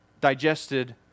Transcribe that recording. digested